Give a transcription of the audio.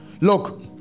Look